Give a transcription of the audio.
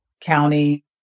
county